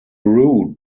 route